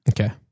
Okay